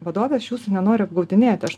vadove aš jūsų nenoriu apgaudinėti aš